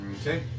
Okay